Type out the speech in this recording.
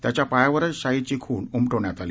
त्याच्या पायावरच शाईची खूण उमटवण्यात आली